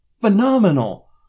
phenomenal